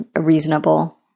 reasonable